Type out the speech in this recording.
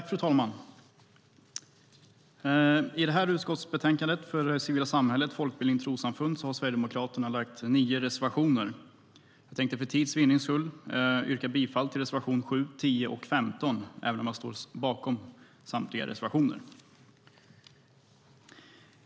Fru talman! I utskottsbetänkandet Politik för det civila samhället, folkbildning och trossamfund har Sverigedemokraterna nio reservationer. Jag tänkte för tids vinnande yrka bifall till reservationerna 7, 10 och 15 även om jag står bakom samtliga reservationer.